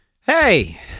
Hey